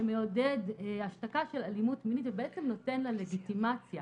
שמעודד השתקה של אלימות מינית ובעצם נותן לה לגיטימציה.